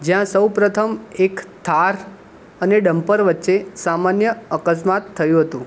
જ્યાં સૌ પ્રથમ એક થાર અને ડમ્પર વચ્ચે સામાન્ય અકસ્માત થયું હતું